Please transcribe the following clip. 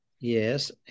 Yes